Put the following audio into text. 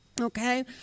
Okay